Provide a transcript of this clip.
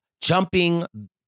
jumping